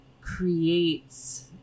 creates